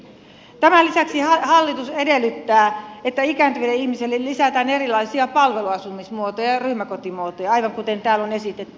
tämän lisäksi hallitus edellyttää että ikääntyville ihmisille lisätään erilaisia palveluasumismuotoja ja ryhmäkotimuotoja aivan kuten täällä on esitetty